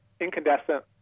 incandescent